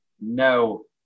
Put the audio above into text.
no